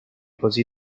così